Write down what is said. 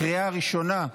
לקריאה ראשונה,